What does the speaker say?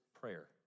prayer